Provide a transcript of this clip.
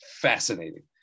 fascinating